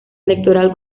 electoral